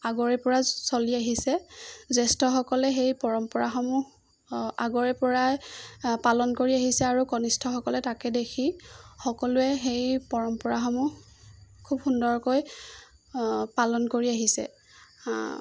আগৰেপৰা চলি আহিছে জ্যেষ্ঠসকলে সেই পৰম্পৰাসমূহ আগৰেপৰাই পালন কৰি আহিছে আৰু কনিষ্ঠসকলে তাকে দেখি সকলোৱে সেই পৰম্পৰাসমূহ খুব সুন্দৰকৈ পালন কৰি আহিছে